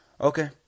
Okay